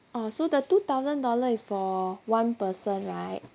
oh so the two thousand dollar is for one person right